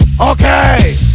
Okay